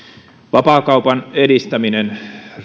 vapaakaupan edistäminen